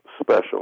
special